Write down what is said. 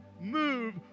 move